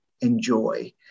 enjoy